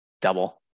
double